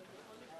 ממש בימים אלה